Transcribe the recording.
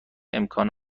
امکان